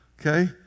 okay